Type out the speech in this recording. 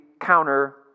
counter